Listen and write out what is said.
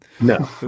no